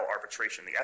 arbitration